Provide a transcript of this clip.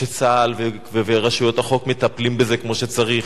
שצה"ל ורשויות החוק מטפלים בזה כמו שצריך.